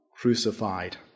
crucified